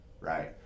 right